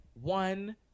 one